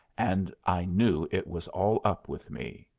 and i knew it was all up with me.